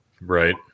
Right